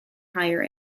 higher